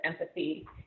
empathy